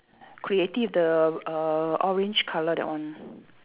creative the err orange colour that one